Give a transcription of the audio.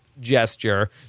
gesture